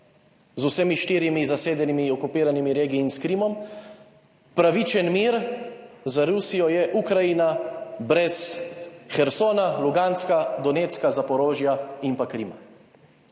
z vsemi štirimi zasedenimi, okupiranimi regija in s Krimom, pravičen mir za Rusijo je Ukrajina brez Hersona, Luganska, Donecka, Zaporožja in pa Krima.